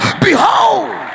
behold